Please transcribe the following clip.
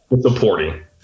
supporting